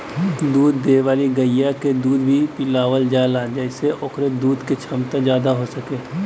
दूध देवे वाली गइया के दूध भी पिलावल जाला जेसे ओकरे दूध क छमता जादा हो सके